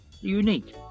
unique